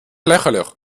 lächerlich